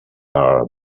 are